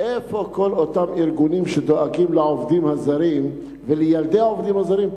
איפה כל אותם ארגונים שדואגים לעובדים הזרים ולילדי העובדים הזרים,